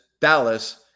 Dallas